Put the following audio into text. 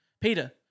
Peter